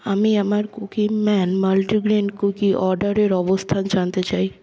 আমি আমার Cookieman multigrain cookie অর্ডারের অবস্থান জানতে চাই